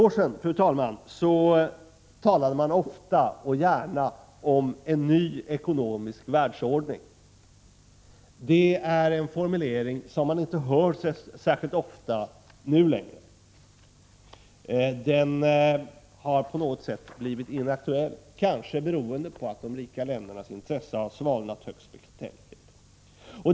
För ett antal år sedan talade man ofta och gärna om en ny ekonomisk världsordning. Det är en formulering som man inte längre hör särskilt ofta. Den har på något sätt blivit inaktuell, kanske beroende på att de rika ländernas intresse har svalnat högst betänkligt.